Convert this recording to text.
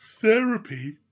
Therapy